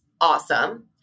awesome